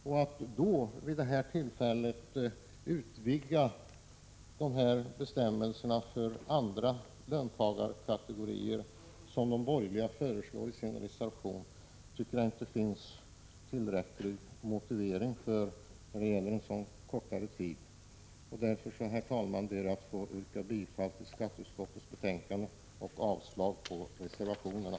Det finns således inte tillräckliga motiv till att nu utvidga bestämmelserna till andra löntagarkategorier, som de borgerliga partierna föreslår i sin reservation — eftersom det endast gäller en kort period. Med detta, herr talman, ber jag att få yrka bifall till skatteutskottets hemställan och avslag på reservationerna.